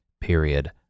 period